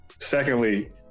Secondly